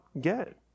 get